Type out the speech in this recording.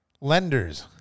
lenders